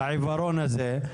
את העיוורון הזה.